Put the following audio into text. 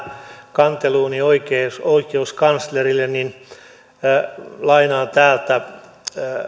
kanteluuni oikeuskanslerille ja lainaan täältä